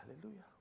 Hallelujah